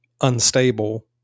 unstable